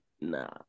nah